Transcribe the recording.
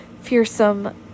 fearsome